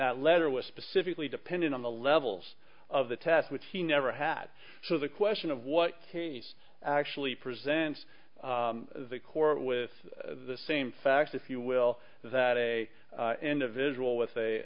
that letter was specifically dependent on the levels of the test which he never had so the question of what he's actually present the court with the same facts if you will that a individual with a